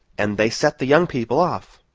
and they set the young people off.